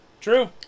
True